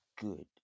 good